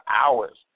hours